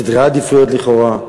סדרי עדיפויות לכאורה.